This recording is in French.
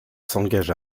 s’engage